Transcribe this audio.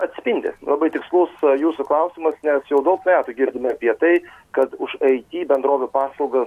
atspindi labai tikslus jūsų klausimas nes jau daug metų girdime apie tai kad už aity bendrovių paslaugas